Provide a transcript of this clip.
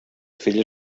filla